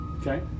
Okay